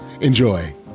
Enjoy